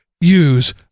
use